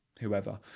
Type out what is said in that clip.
whoever